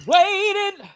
Waiting